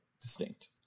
distinct